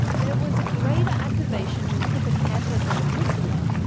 there was a greater activation in the hippocampus and amygdala.